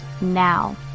now